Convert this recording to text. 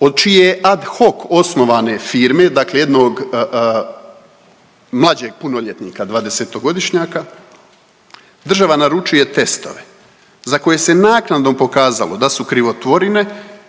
od čije ad hoc osnovane firme, dakle jednog mlađeg punoljetnika, dvadesetogodišnjaka država naručuje testove za koje se naknadno pokazalo da su krivotvorine